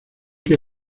que